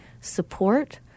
support